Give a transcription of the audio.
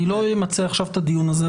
אני לא אמצה עכשיו את הדיון הזה,